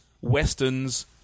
westerns